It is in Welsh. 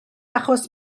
achos